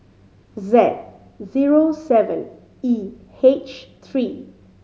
Z zero seven E H three